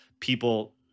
people